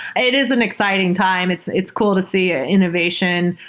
it is an exciting time. it's it's cool to see ah innovation.